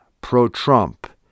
pro-Trump